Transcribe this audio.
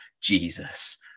Jesus